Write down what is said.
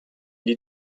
die